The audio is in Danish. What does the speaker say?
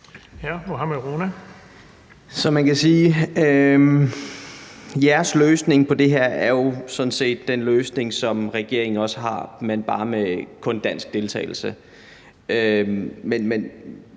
jeres løsning på det her jo sådan set er den løsning, som regeringen også har, men bare med kun dansk deltagelse.